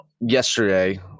yesterday